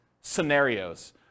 scenarios